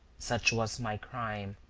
such was my crime.